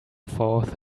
forth